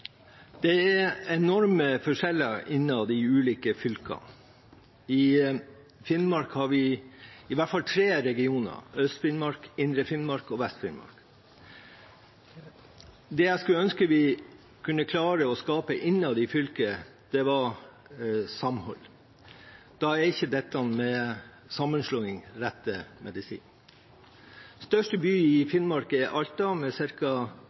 Det er enorme forskjeller innad i de ulike fylkene. I Finnmark har vi i hvert fall tre regioner, Øst-Finnmark, indre Finnmark og Vest-Finnmark. Det jeg skulle ønske vi kunne klare å skape innad i fylket, er samhold. Da er ikke sammenslåing rett medisin. Den største byen i Finnmark er Alta, med